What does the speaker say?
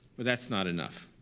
but that's not enough.